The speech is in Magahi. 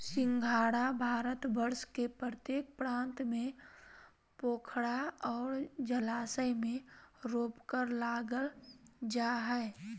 सिंघाड़ा भारतवर्ष के प्रत्येक प्रांत में पोखरा और जलाशय में रोपकर लागल जा हइ